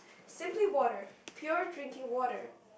simply water pure drinking water